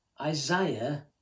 Isaiah